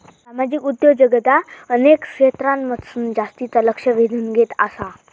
सामाजिक उद्योजकता अनेक क्षेत्रांमधसून जास्तीचा लक्ष वेधून घेत आसा